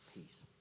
peace